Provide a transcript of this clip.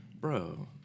bro